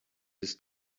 his